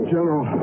General